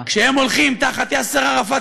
כשהם הולכים תחת יאסר ערפאת,